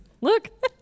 Look